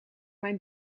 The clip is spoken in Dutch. mijn